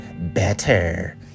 better